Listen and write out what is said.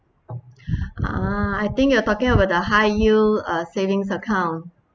ah I think you are talking about the high yield uh saving account